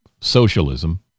socialism